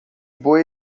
boi